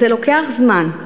אז זה לוקח זמן.